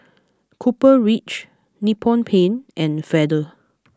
Copper Ridge Nippon Paint and Feather